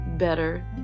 better